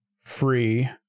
free